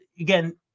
again